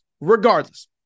Regardless